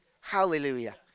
Hallelujah